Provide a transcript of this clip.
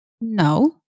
No